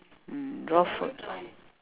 mm raw food